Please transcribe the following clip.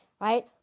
right